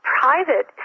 private